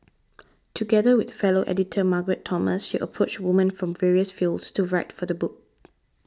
together with fellow editor Margaret Thomas she approached women from various fields to write for the book